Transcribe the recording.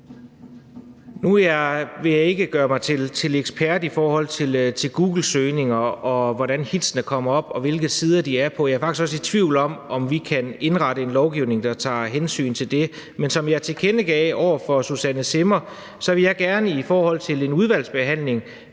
Nu vil jeg ikke gøre mig til ekspert i forhold til googlesøgninger, og hvordan hittene kommer op, og hvilke sider de er på. Jeg er faktisk også i tvivl om, om vi kan indrette en lovgivning efter at tage hensyn til det. Men som jeg tilkendegav over for Susanne Zimmer, vil jeg gerne i udvalgsbehandlingen